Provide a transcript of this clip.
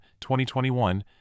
2021